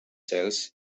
cells